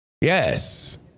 Yes